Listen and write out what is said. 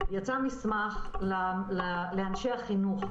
יצא מסמך לאנשי החינוך,